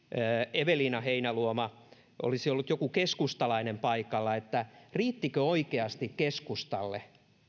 eveliina heinäluoma jos olisi ollut joku keskustalainen paikalla että riittikö oikeasti keskustalle